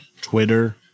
Twitter